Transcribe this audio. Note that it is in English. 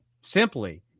simply